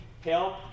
help